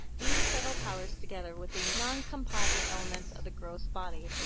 these subtle powers together with the non-composite elements of the gross body,